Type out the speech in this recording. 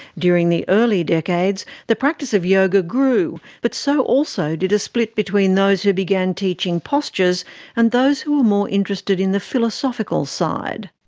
during the early decades, the practice of yoga grew but so also did a split between those who began teaching postures and those who were more interested in the philosophical side.